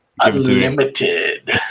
unlimited